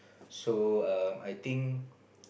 so err I think